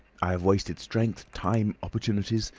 i have wasted strength, time, opportunities.